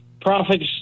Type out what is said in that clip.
profits